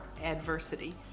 adversity